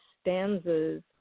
stanzas